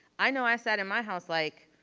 i know i sat in my house like,